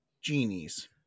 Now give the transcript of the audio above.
genies